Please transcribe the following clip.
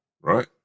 right